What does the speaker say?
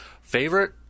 favorite